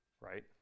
right